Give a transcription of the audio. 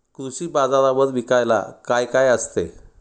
कृषी बाजारावर विकायला काय काय असते?